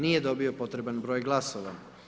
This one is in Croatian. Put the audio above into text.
Nije dobio potreban broj glasova.